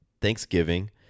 Thanksgiving